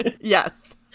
Yes